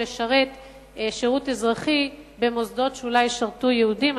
לשרת שירות אזרחי במוסדות שאולי ישרתו יהודים.